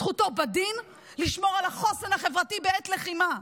זכותו בדין לשמור על החוסן החברתי בעת לחימה,